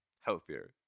healthier